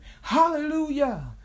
Hallelujah